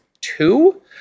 two